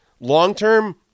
Long-term